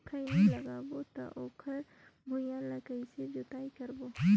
खैनी लगाबो ता ओकर भुईं ला कइसे जोताई करबो?